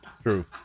True